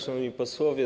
Szanowni Posłowie!